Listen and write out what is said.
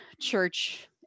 church